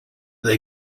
they